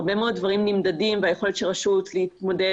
הרבה מאוד נמדדים ביכולת של רשות להתמודד